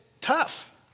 tough